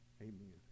Amen